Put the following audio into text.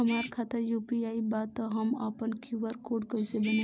हमार खाता यू.पी.आई बा त हम आपन क्यू.आर कोड कैसे बनाई?